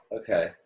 okay